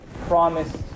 Promised